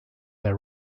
der